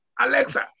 Alexa